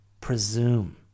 presume